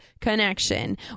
connection